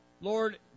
Lord